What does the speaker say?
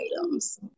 items